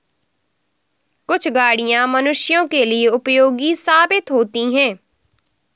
कुछ गाड़ियां मनुष्यों के लिए उपयोगी साबित होती हैं